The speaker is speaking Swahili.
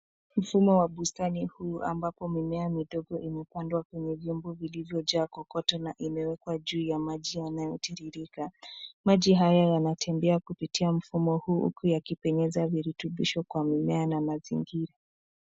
Mfumo wa bustani huu ambapo mimea midogo imepandwa kwenye vyombo vilivyojaa kokoto na imewekwa juu ya maji yanayotiririka. Maji haya yanatembea kupitia mfumo huu huku yakipenyeza virutubisho kwa mimea na mazingira.